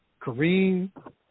Kareem